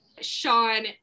Sean